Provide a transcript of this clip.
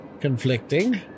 conflicting